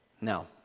Now